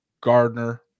Gardner